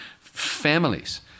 families